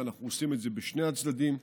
ואנחנו עושים את זה בשני הצדדים,